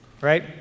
right